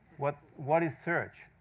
what what is search?